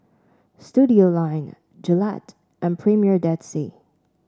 Studioline Gillette and Premier Dead Sea